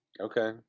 Okay